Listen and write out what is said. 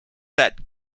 that